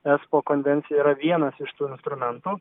espo konvencija yra vienas iš tų instrumentų